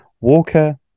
walker